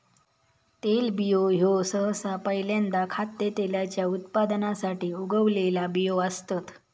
तेलबियो ह्यो सहसा पहील्यांदा खाद्यतेलाच्या उत्पादनासाठी उगवलेला बियो असतत